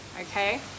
okay